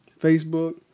Facebook